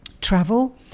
travel